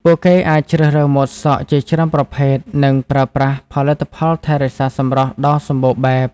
ពួកគេអាចជ្រើសរើសម៉ូតសក់ជាច្រើនប្រភេទ និងប្រើប្រាស់ផលិតផលថែរក្សាសម្រស់ដ៏សម្បូរបែប។